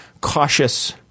cautious